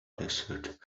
desert